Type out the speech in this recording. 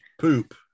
poop